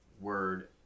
word